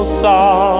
soft